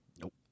Nope